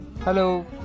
Hello